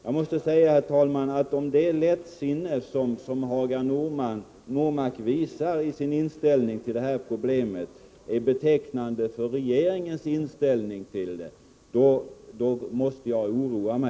Jag måste säga, herr talman, att om det lättsinne som Hagar Normark visar isin inställning till detta problem är betecknande för regeringens inställning, är det oroande.